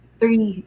three